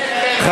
כן,